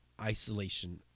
isolation